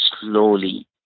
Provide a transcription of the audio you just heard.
slowly